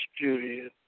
Judy